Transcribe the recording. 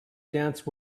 dance